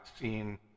seen